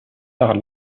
par